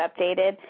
updated –